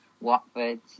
Watford